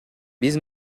биз